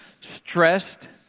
stressed